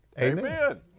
Amen